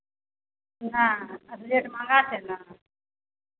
नहि रेट महँगा छै ने